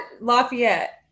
Lafayette